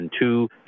two